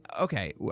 Okay